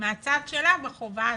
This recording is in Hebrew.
מהצד שלה בחובה הזאת.